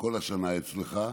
כל השנה אצלך,